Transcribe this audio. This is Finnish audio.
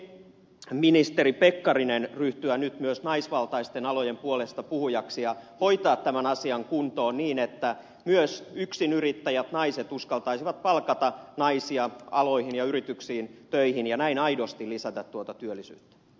voisitteko te ministeri pekkarinen ryhtyä nyt myös naisvaltaisten alojen puolestapuhujaksi ja hoitaa tämän asian kuntoon niin että myös yksinyrittäjät naiset uskaltaisivat palkata naisia aloille ja yrityksiin töihin ja näin aidosti lisätä tuota työllisyyttä